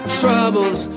troubles